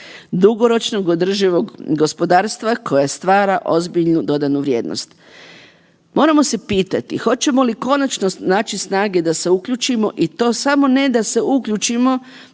dugoročnog održivog gospodarstva koje stvara ozbiljnu dodanu vrijednost. Moramo se pitati hoćemo li konačno naći snage da se uključimo i to samo ne da se uključimo